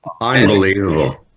Unbelievable